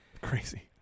crazy